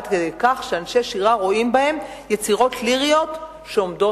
עד כדי כך שאנשי שירה רואים בהם יצירות ליריות העומדות